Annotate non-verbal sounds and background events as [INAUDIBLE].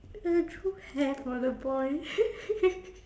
I drew hair for the boy [LAUGHS]